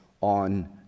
on